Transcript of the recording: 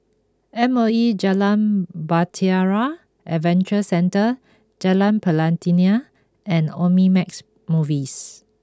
M O E Jalan Bahtera Adventure Centre Jalan Pelatina and Omnimax Movies